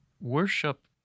Worship